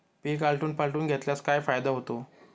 पीक आलटून पालटून घेतल्यास काय फायदा होतो?